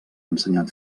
ensenyat